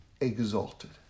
exalted